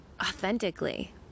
authentically